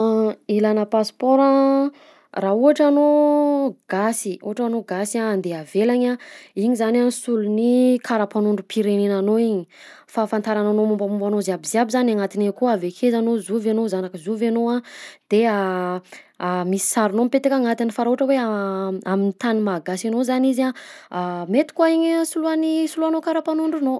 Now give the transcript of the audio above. Ilana pasipaora: raha ohatra anao gasy ohatra anao gasy andeha avelagny, igny zany a solon'ny karapanondrom-piregnena anao igny; fahafantarana anao, mombamombananao ziabiziaby zany agnatin'igny akao, avy akaiza anao, zovy anao, zanak'i zovy anao a, de misy sarinao mipetaka agnatiny. Fa raha ohatra hoe am'tany maha-gasy anao zany izy a mety koa igny soloàn'ny soloànao karapanondronao.